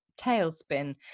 tailspin